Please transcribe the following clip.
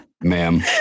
ma'am